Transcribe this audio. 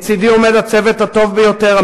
לצדי עומד הצוות הטוב ביותר,